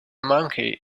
monkey